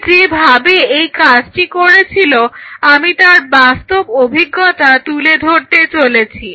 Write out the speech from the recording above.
সে যেভাবে এই কাজটি করেছিল আমি তার বাস্তব অভিজ্ঞতা তুলে ধরতে চলেছি